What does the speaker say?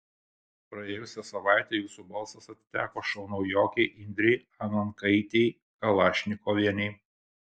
praėjusią savaitę jūsų balsas atiteko šou naujokei indrei anankaitei kalašnikovienei